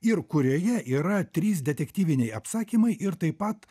ir kurioje yra trys detektyviniai apsakymai ir taip pat